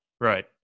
Right